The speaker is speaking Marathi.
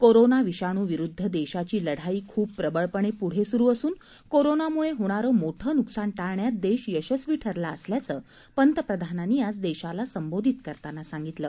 कोरोना विषाणू विरुद्ध देशाची लढाई खूप प्रबळपणे पुढे सुरू असून कोरोनामुळे होणारं मोठं नुकसान टाळण्यात देश यशस्वी ठरला असल्याचं पंतप्रधानांनी आज देशाला संबोधित करताना सांगितलं